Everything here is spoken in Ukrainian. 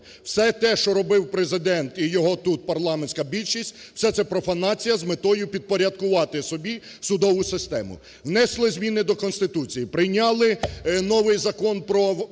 все те, що робив Президент і його тут парламентська більшість, все це профанація з метою підпорядкувати собі судову систему. Внесли зміни до Конституції, прийняли новий Закон про правосуддя,